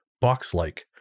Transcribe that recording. box-like